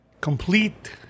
complete